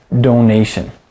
donation